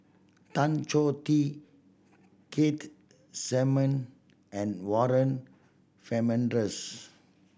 Tan Choh Tee Keith Simmon and Warren Fernandez